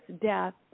death